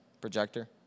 projector